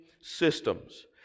Systems